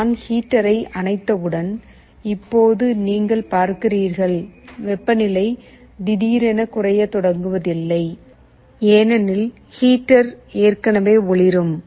நான் ஹீட்டரை அணைத்தவுடன் இப்போது நீங்கள் பார்க்கிறீர்கள் வெப்பநிலை திடீரென குறைய தொடங்குவதில்லை ஏனெனில் ஹீட்டர் ஏற்கனவே ஒளிரும்